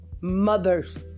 mothers